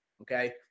Okay